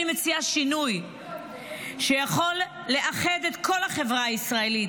אני מציעה שינוי שיכול לאחד את כל החברה הישראלית